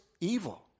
evil